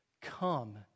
Come